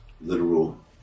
Literal